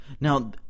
Now